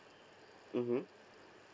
mmhmm